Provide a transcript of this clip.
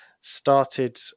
started